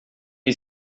iyi